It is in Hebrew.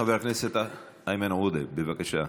חבר הכנסת איימן עודה, בבקשה.